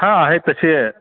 हां आहे तशी आहे